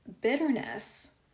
bitterness